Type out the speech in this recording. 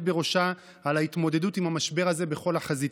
בראשה על ההתמודדות עם המשבר הזה בכל החזיתות.